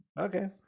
okay